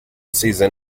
season